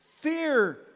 Fear